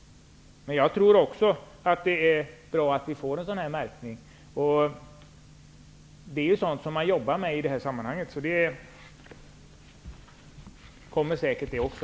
Jag tror också att det är bra att vi får en märkning av livsmedel. Det är sådant som man jobbar med, och det kommer säkert det också.